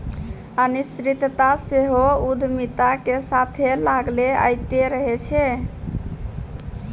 अनिश्चितता सेहो उद्यमिता के साथे लागले अयतें रहै छै